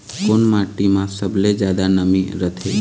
कोन माटी म सबले जादा नमी रथे?